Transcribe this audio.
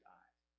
eyes